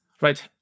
right